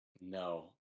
No